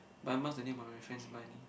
Bun Bun is the name of my friend's bunny